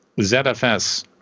ZFS